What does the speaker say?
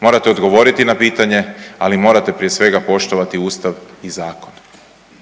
morate odgovoriti na pitanje, ali morate prije svega poštovati Ustav i zakon